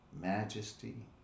majesty